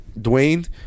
Dwayne